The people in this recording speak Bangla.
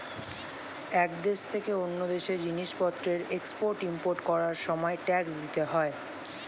এক দেশ থেকে অন্য দেশে জিনিসপত্রের এক্সপোর্ট ইমপোর্ট করার সময় ট্যাক্স দিতে হয়